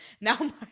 Now